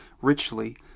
richly